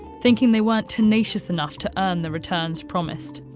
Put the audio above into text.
thinking they weren't tenacious enough to earn the returns promised.